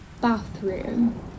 bathroom